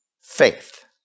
faith